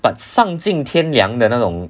but 丧尽天良的那种